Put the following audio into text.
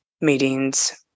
meetings